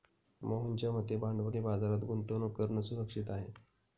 मोहनच्या मते भांडवली बाजारात गुंतवणूक करणं सुरक्षित आहे